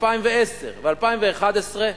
2010 ו-2011,